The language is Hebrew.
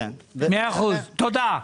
מאה אחוז, תודה.